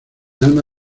alma